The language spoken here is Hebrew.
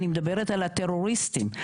אני מדברת על הטרוריסטים,